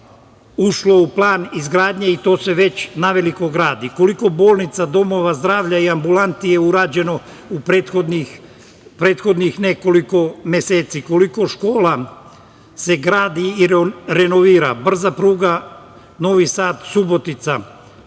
ušlo u plan izgradnje i to se već naveliko gradi. Koliko bolnica, domova zdravlja i ambulanti je urađeno u prethodnih nekoliko meseci. Koliko škola se gradi i renovira. Brza pruga Novi Sad – Subotica,